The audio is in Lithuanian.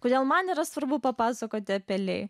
kodėl man yra svarbu papasakoti apie lee